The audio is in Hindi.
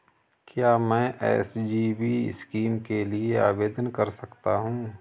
क्या मैं एस.जी.बी स्कीम के लिए आवेदन कर सकता हूँ?